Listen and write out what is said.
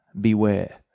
Beware